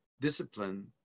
Discipline